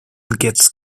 gets